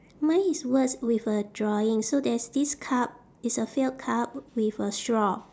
mine is words with a drawing so there's this cup it's a filled cup with a straw